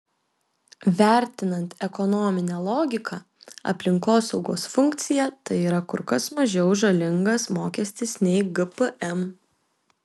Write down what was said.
vertinant ekonominę logiką aplinkosaugos funkciją tai yra kur kas mažiau žalingas mokestis nei gpm